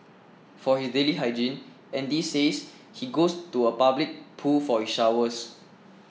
for his daily hygiene Andy says he goes to a public pool for his showers